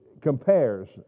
compares